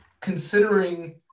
considering